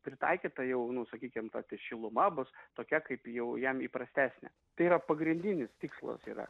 pritaikyta jau nu sakykim kad ir šiluma bus tokia kaip jau jam įprastesnė tai yra pagrindinis tikslas yra